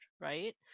right